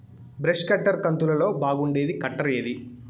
Brush cutter కంతులలో బాగుండేది cutter ఏది?